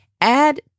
Add